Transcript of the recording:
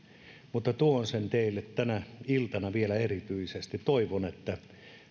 mutta tuon sen teille tänä iltana vielä erityisesti ja toivon että